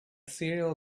cereal